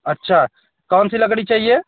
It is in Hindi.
अच्छा कौन सी लकड़ी चाहिए